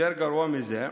יותר גרוע מזה,